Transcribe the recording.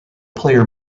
player